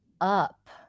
up